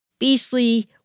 beastly